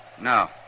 No